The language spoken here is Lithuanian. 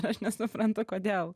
aš nesuprantu kodėl